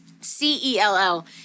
C-E-L-L